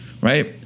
right